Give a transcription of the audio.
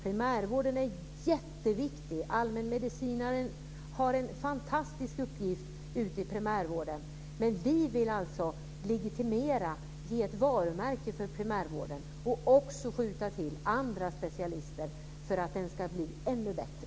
Primärvården är jätteviktig, allmänmedicinaren har en fantastisk uppgift ute i primärvården, men vi vill legitimera den, ge ett varumärke för primärvården och också skjuta till andra specialister för att den ska bli ännu bättre.